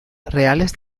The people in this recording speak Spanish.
reales